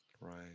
right